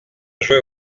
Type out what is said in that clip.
jouer